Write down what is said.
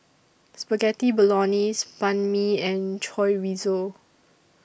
Spaghetti Bolognese Banh MI and Chorizo